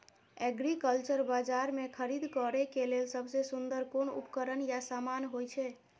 Agriculture बाजार में खरीद करे के लेल सबसे सुन्दर कोन उपकरण या समान होय छै?